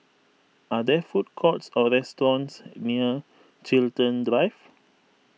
are there food courts or restaurants near Chiltern Drive